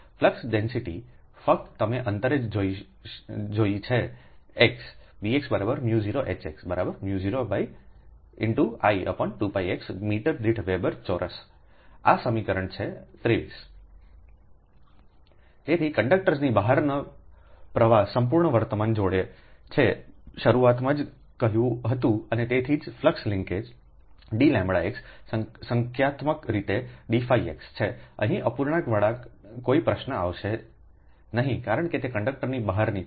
flux density ફક્ત તમે અંતરે જોઇ છે x Bx0Hx 0 I2πx મીટર દીઠ વેબર ચોરસ આ સમીકરણ છે આ સમીકરણ 23 છે તેથી કંડકટર્સની બહારનો પ્રવાહ સંપૂર્ણ વર્તમાનને જોડે છે મેં શરૂઆતમાં જ કહ્યું હતું અને તેથી જ ફ્લક્સ લિન્કેજ dλx સંખ્યાત્મક રીતે ફ્લક્સ dφx છે અહીં અપૂર્ણાંક વળાંકનો કોઈ પ્રશ્ન આવશે નહીં કારણ કે તે કંડક્ટરની બહારની છે